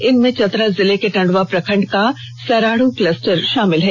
इनमें चतरा जिले के टंडवा प्रखंड का सरादू क्लस्टर भी शामिल है